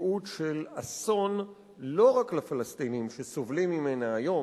מציאות של אסון לא רק לפלסטינים שסובלים ממנה היום,